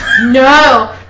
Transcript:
No